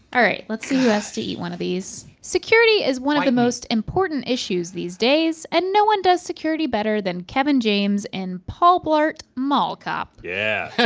all right let's see who has to eat one of these. security is one of the most important issues these days, and no one does security better than kevin james in paul blart mall cop. yeah.